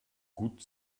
gut